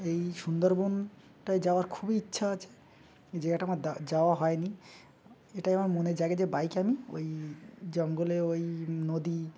এই সুন্দরবনটায় যাওয়ার খুবই ইচ্ছা আছে এই জায়গাটা আমার দা যাওয়া হয়নি এটাই আমার মনে জাগে যে বাইকে আমি ওই জঙ্গলে ওই নদী